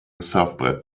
surfbrett